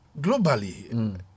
globally